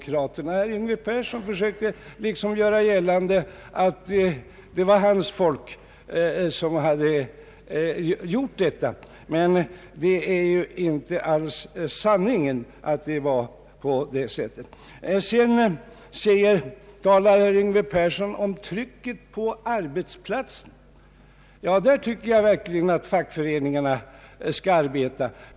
Herr Yngve Persson försökte göra gällande att det var hans meningsfränder som hade gjort detta, men det stämmer inte alls med sanningen. Vidare talar herr Persson om trycket på arbetsplatsen. Där tycker jag verkligen att fackföreningarna skall arbeta.